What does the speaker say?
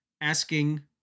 Asking